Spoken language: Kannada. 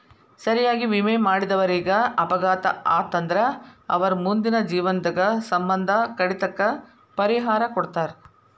ಸರಿಯಾಗಿ ವಿಮೆ ಮಾಡಿದವರೇಗ ಅಪಘಾತ ಆತಂದ್ರ ಅವರ್ ಮುಂದಿನ ಜೇವ್ನದ್ ಸಮ್ಮಂದ ಕಡಿತಕ್ಕ ಪರಿಹಾರಾ ಕೊಡ್ತಾರ್